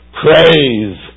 praise